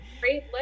Great